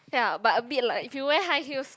ya but a bit like if you wear high heels